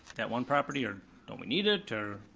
that one property, or don't we need it, or?